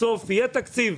בסוף לאוצר יהיה תקציב,